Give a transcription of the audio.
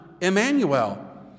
Emmanuel